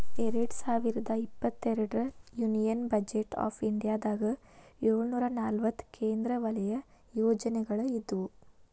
ಎರಡ್ ಸಾವಿರದ ಇಪ್ಪತ್ತೆರಡರ ಯೂನಿಯನ್ ಬಜೆಟ್ ಆಫ್ ಇಂಡಿಯಾದಾಗ ಏಳುನೂರ ನಲವತ್ತ ಕೇಂದ್ರ ವಲಯ ಯೋಜನೆಗಳ ಇದ್ವು